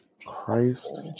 Christ